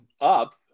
up